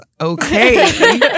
okay